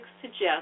suggest